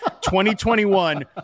2021